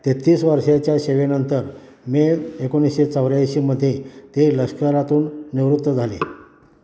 तेहत्तीस वर्षाच्या सेवेनंतर मे एकोणीसशे चौऱ्याऐंशीमध्ये ते लष्करातून निवृत्त झाले